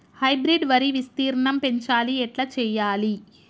Hybrid వరి విస్తీర్ణం పెంచాలి ఎట్ల చెయ్యాలి?